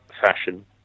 fashion